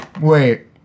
Wait